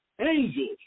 angels